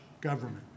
government